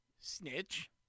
snitch